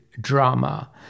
drama